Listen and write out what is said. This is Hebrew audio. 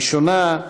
הראשונה,